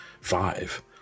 five